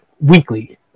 weekly